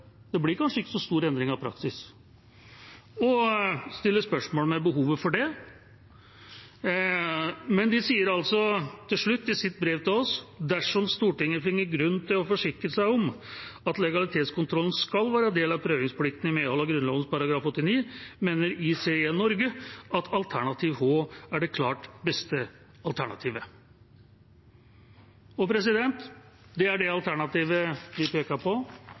kanskje ikke blir så stor endring av praksis, og stiller spørsmål ved behovet for det, men de sier til slutt i sitt brev til oss: «Dersom Stortinget finner grunn til å forsikre seg om at legalitetskontrollen skal være del av prøvingsplikten i medhold av Grunnloven § 89, mener ICJ Norge at alternativ H er det klart beste alternativet.» Det er det alternativet vi peker på